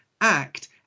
act